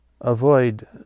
Avoid